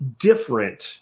different